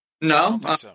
no